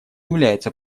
является